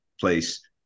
place